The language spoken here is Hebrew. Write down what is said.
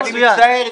מצטער.